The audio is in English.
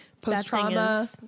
post-trauma